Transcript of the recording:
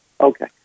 Okay